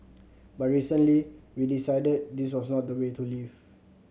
but recently we decided this was not the way to live